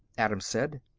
adams said.